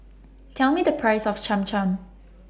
Tell Me The Price of Cham Cham